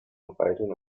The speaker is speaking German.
reiten